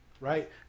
right